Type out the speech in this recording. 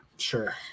Sure